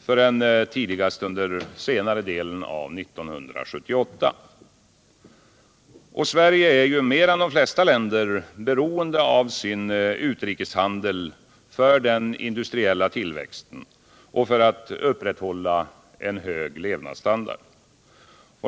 förrän tidigast under senare delen av 1978. Sverige är mer än de flesta länder beroende av sin utrikeshandel för den industriella tillväxten och för att upprätthålla en hög levnadsstandard.